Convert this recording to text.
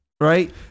Right